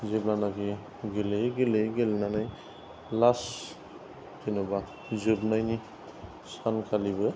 जेब्लानाखि गेलेयै गेलेयै गेलेनानै लास्ट जेनोबा जोबनायनि सानखालिबो